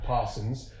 Parsons